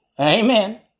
Amen